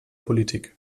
politik